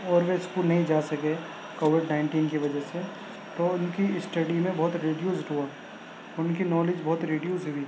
اور وہ اسکول نہیں جا سکے کووڈ نائنٹین کی وجہ سے تو ان کی اسٹڈی میں بہت رڈیوزڈ ہوا ان کی نالج بہت رڈیوز ہوئی